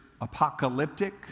apocalyptic